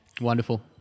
wonderful